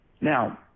Now